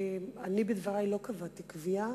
בדברי לא קבעתי קביעה,